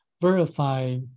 verify